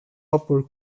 upper